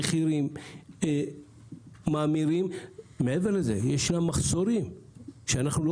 המחירים מאמירים ויש מחסורים שאנחנו לא